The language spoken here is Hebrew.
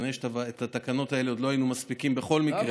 כנראה שאת התקנות האלה עוד לא היינו מספיקים בכל מקרה.